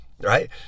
right